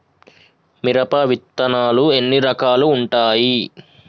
మిరప విత్తనాలు ఎన్ని రకాలు ఉంటాయి?